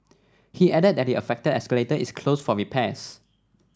he added that the affected escalator is closed for repairs